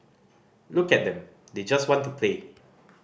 look at them they just want to play